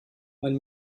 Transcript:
mein